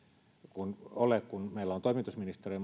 ole vaan meillä on toimitusministeriö